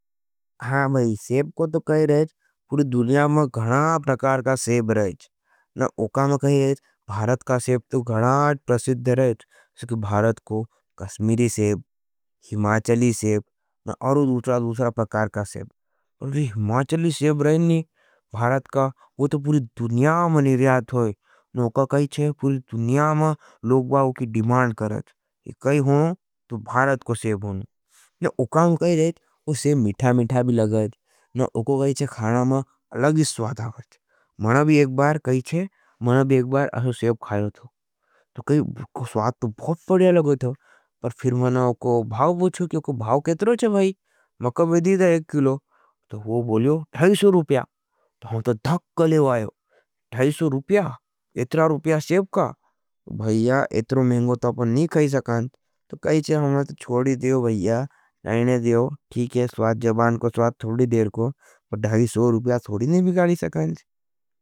हाँ भाई, सेब को तो कही रहेज, पुरी दुनिया में गणा प्रकार का सेब रहेज न उका में कही रहेज। भारत का सेब तो गणाज प्रसिद्ध हरेज सकी भारत को कस्मीरी सेब, हिमाचली सेब, न अरो दूसरा दूसरा प्रकार का सेब हिमाचली सेब रहेज न। भारत का, वो तो पुरी दुनिया में निर्यात हज। न उका कही रहेज, पुरी दुनिया में लोगबाव की डिमांड करेज। कही होनों, तो भारत का सेब होनों न उका में कही रहेज। वो सेब मिठा मिठा भी लगेज न उका कही रहेज, खाना में अलगी स्वाद आगेज मना भी एक बार कही चे, मना भी एक बार अच्छा सेब खायो थो। तो कही, स्वाद तो बहुत पड़िया लगे थो। पर फिर मना उका भाव पुछो। कि उका भाव कैतरो चे भाई? मकबेदी दा एक किलो, तो वो बोलियो धाईशो रूपया तो मैं तो धक कले वायो, धाईशो रूपया? एत्रा रूपया सेब का। भाईया, एत्रो महिंगो तो आपने नहीं कही सकाँ तो कही चे, मैंने तो छोड़ी देओ भाईया, नहीं देओ ठीक हज स्वाद जबान को स्वाद थोड़ी देर को, पर धाईशो रूपया थोड़ी नहीं बिगाड़ी सकाँ।